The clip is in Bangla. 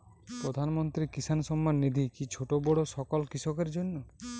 প্রধানমন্ত্রী কিষান সম্মান নিধি কি ছোটো বড়ো সকল কৃষকের জন্য?